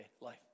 life